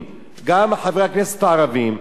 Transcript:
ש"בארץ-ישראל קם העם היהודי,